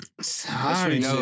Sorry